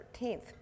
13th